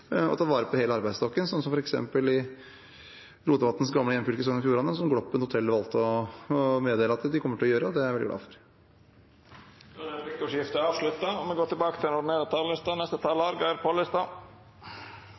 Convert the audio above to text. ta vare på hele arbeidsstokken, som f.eks. i Rotevatns gamle hjemfylke, Sogn og Fjordane, der Gloppen hotell valgte å meddele at de kommer til å gjøre det. Det er jeg veldig glad for. Replikkordskiftet er avslutta.